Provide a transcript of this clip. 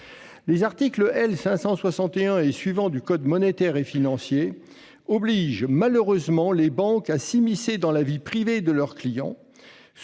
Les articles L. 561-1 et suivants du code monétaire et financier obligent malheureusement les banques à s'immiscer dans la vie privée de leurs clients.